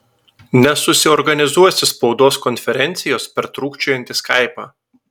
nesusiorganizuosi spaudos konferencijos per trūkčiojantį skaipą